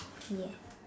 ya